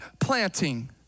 planting